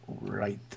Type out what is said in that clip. Right